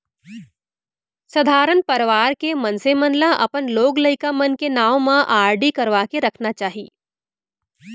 सधारन परवार के मनसे मन ल अपन लोग लइका मन के नांव म आरडी करवा के रखना चाही